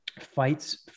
fights